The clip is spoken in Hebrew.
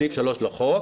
בסעיף 3 לחוק,